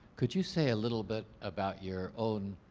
could you say a little bit about your own,